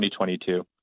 2022